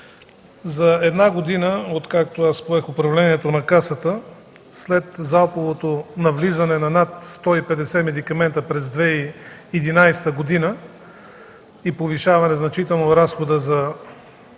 За една година откакто съм поел управлението на Касата, след залповото навлизане на над 150 медикамента през 2011 г. и значително повишаване разхода за